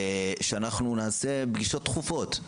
ונעשה פגישות דחופות.